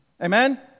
Amen